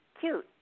Cute